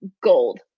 gold